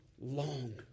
long